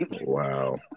Wow